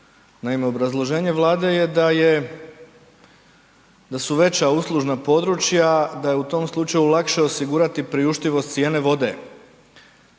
naime obrazloženje Vlade je da su veća uslužna područja, da je u tom slučaju lakše osigurati priuštivost cijene vode